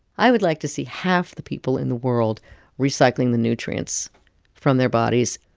i would like to see half the people in the world recycling the nutrients from their bodies.